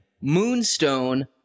moonstone